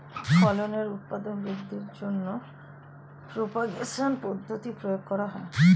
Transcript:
ফলের উৎপাদন বৃদ্ধির জন্য প্রপাগেশন পদ্ধতির প্রয়োগ করা হয়